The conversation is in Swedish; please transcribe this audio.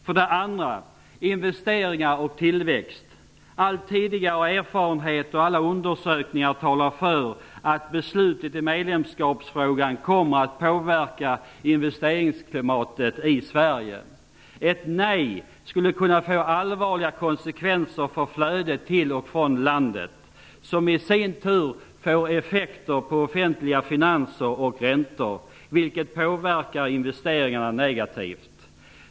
För det andra - och det gäller investeringar och tillväxt: All tidigare erfarenhet och alla undersökningar talar för att beslutet i medlemskapsfrågan kommer att påverka investeringsklimatet i Sverige. Ett nej skulle kunna få allvarliga konsekvenser för flödet till och från landet, som i sin tur får effekter på offentliga finanser och räntor, vilket påverkar investeringarna negativt.